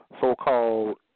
so-called